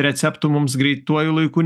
receptų mums greituoju laiku